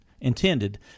intended